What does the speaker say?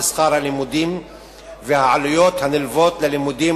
שכר הלימוד ועל העלויות הנלוות ללימודים,